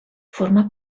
forma